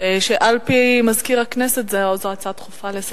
שעל-פי מזכיר הכנסת זו הצעה דחופה לסדר-היום.